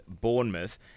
Bournemouth